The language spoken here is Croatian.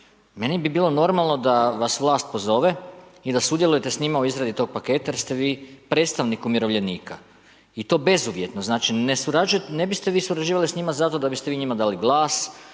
meni bi bilo normalno da vas vlast pozove i da sudjelujete s njima u izradi tog paketa jer ste vi predstavnik umirovljenika i to bezuvjetno. Znači ne biste vi surađivali s njima zato da biste vi njima dali glas,